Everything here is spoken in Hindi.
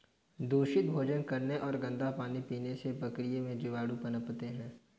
दूषित भोजन करने और गंदा पानी पीने से बकरियों में जीवाणु पनपते हैं